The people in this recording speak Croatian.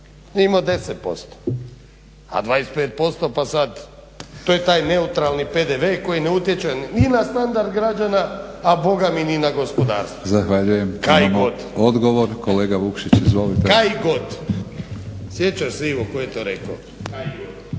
imao 10%, a 25% pa sad to je taj neutralni PDV koji ne utječe ni na standard građana, a boga mi ni na gospodarstvo. Kaj god! **Batinić, Milorad